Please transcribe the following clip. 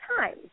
time